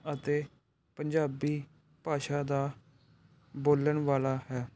ਅਤੇ ਪੰਜਾਬੀ ਭਾਸ਼ਾ ਦਾ ਬੋਲਣ ਵਾਲਾ ਹੈ